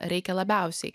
reikia labiausiai